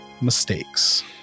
mistakes